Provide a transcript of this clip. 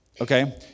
Okay